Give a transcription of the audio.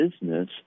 business